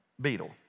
beetle